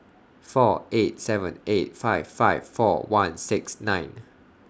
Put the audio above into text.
four eight seven eight five five four one six nine